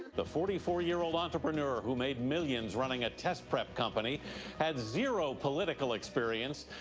the forty four year old entrepreneur who made millions running a test prep company had zero political experience,